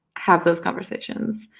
have those conversations.